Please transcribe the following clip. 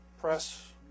press